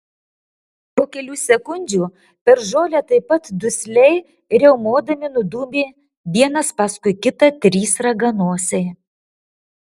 po kelių sekundžių per žolę taip pat dusliai riaumodami nudūmė vienas paskui kitą trys raganosiai